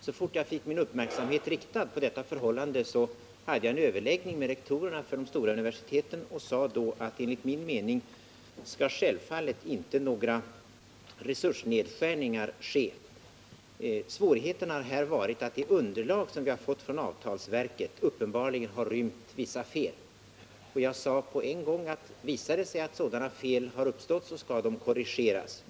Så fort jag fick min uppmärksamhet riktad på detta förhållande hade jag en överläggning med rektorerna vid de stora universiteten och sade då att enligt min mening skall självfallet inte några resursnedskärningar ske. Svårigheten har här varit att det underlag som vi har fått från avtalsverket uppenbarligen har rymt vissa fel. Jag sade på en gång att visar det sig att sådana fel har uppstått, så skall de korrigeras.